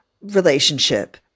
relationship